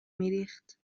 میریخت